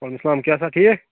وعلیکُم سلام کیٛاہ سا ٹھیٖک